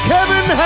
Kevin